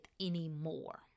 anymore